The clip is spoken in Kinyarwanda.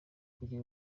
kugira